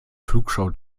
flugshow